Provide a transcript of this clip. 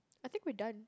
I think we're done